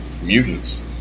mutants